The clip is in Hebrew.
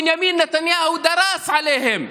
בנימין נתניהו דרך עליהם,